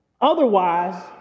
Otherwise